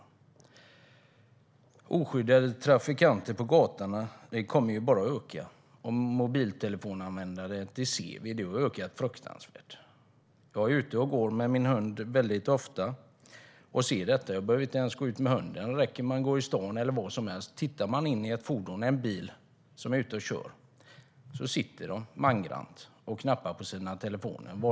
Antalet oskyddade trafikanter på gatorna kommer ju bara att öka, och mobilanvändningen har ökat fruktansvärt. Det ser vi. Jag är ofta ute och går med min hund och ser det. Jag behöver inte ens gå ut med hunden. Det räcker att man går i stan eller var som helst eller tittar in i ett fordon som körs, så ser man att folk mangrant knappar på sina telefoner.